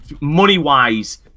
money-wise